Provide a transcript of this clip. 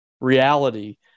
reality